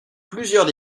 plusieurs